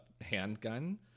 handgun